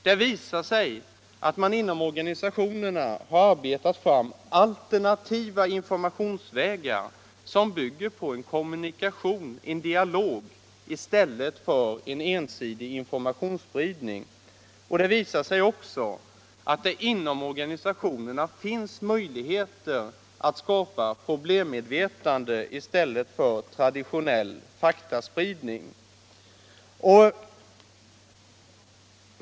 Man har inom organisationerna arbetat fram alternativa informationsvägar som bygger på en kommunikation, en dialog, i stället för en ensidig informationsspridning. Det har också visat sig att det inom organisationerna finns möjligheter att skapa problemmedvetande i stället för traditionell faktaspridning.